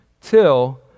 till